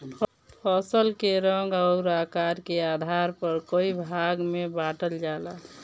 फसल के रंग अउर आकार के आधार पर कई भाग में बांटल जाला